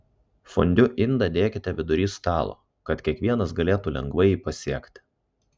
fondiu indą dėkite vidury stalo kad kiekvienas galėtų lengvai jį pasiekti